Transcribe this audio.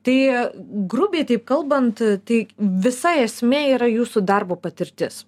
tai grubiai taip kalbant tai visa esmė yra jūsų darbo patirtis